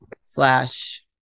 slash